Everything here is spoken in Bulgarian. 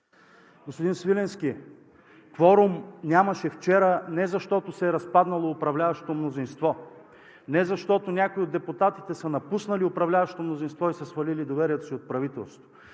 Господин Свиленски, вчера нямаше кворум не защото се е разпаднало управляващото мнозинство, не защото някои от депутатите са напуснали управляващото мнозинство и са свалили доверието си от правителството.